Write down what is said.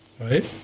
right